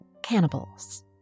Cannibals